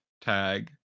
tag